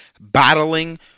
battling